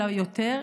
אלא יותר,